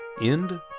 end